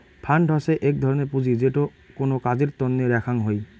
fund হসে এক ধরনের পুঁজি যেটো কোনো কাজের তন্নে রাখ্যাং হই